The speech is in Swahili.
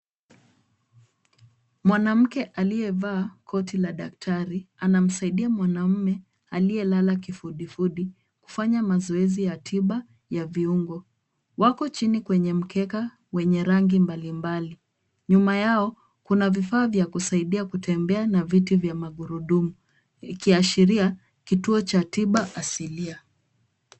Mwanamke aliyevaa koti la daktari, anamsaidia mwanamume aliyelala kifudifudi kufanya mazoezi ya tiba ya viungo. Wako chini kwenye mkeka wenye rangi mbalimbali. Nyuma yao kuna vifaa vya kusaidia kutembea na viti vya magurudumu, ikiashiria kituo cha tiba asilia.